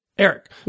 Eric